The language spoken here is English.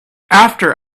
after